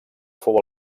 fou